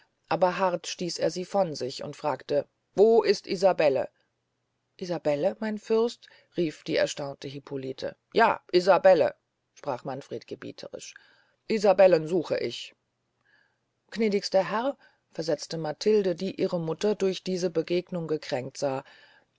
aber hart stieß er sie von sich und fragte wo ist isabelle isabelle mein fürst rief die erstaunte hippolite ja isabelle sprach manfred gebieterisch isabellen such ich gnädigster herr versetzte matilde die ihre mutter durch diese begegnung gekränkt sah